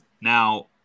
Now